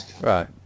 Right